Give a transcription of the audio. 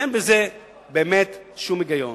ואין בזה שום היגיון.